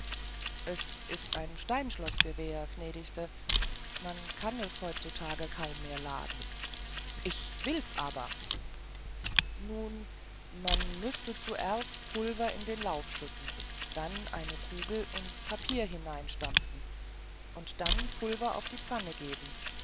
es ist ein steinschloßgewehr gnädigste man kann es heutzutage kaum mehr laden ich will's aber nun man müßte zuerst pulver in den lauf schütten dann eine kugel und papier hineinstampfen und dann pulver auf die pfanne geben